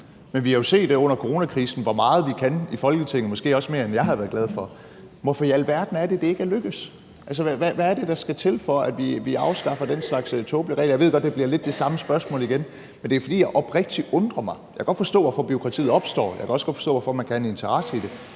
Men vi har jo set under coronakrisen, hvor meget vi kan i Folketinget – måske også mere, end jeg har været glad for. Hvorfor i alverden er det, at det ikke er lykkedes? Hvad er det, der skal til, for at vi afskaffer den slags tåbelige regler? Jeg ved godt, det bliver lidt det samme spørgsmål igen, men det er, fordi jeg oprigtigt undrer mig. Jeg kan godt forstå, hvorfor bureaukratiet opstår, og jeg kan også godt forstå, hvorfor man kan have en interesse i det.